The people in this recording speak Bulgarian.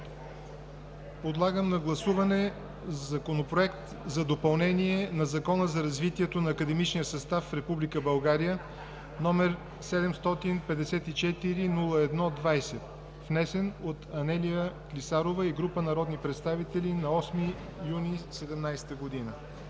Подлагам на гласуване Законопроект за допълнение на Закона за развитието на академичния състав в Република България, № 754 01-20, внесен от Анелия Клисарова и група народни представители на 8 юни 2017 г.